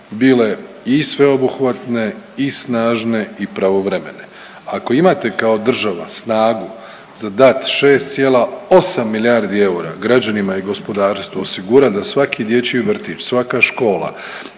bile i sveobuhvatne i snažne i pravovremene. Ako imate kao država snagu za dat 6,8 milijardi eura građanima i gospodarstvu, osigurati da svaki dječji vrtić, svaka škola,